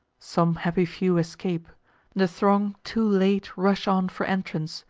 some happy few escape the throng too late rush on for entrance,